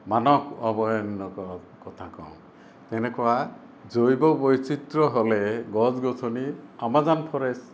মানস অভয়াৰণ্যৰ ক কথা কওঁ তেনেকুৱা জৈৱ বৈচিত্ৰ হ'লে গছ গছনি আমাজান ফৰেষ্ট